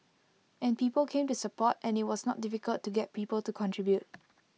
and people came to support and IT was not difficult to get people to contribute